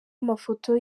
amafoto